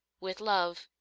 with love,